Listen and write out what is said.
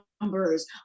numbers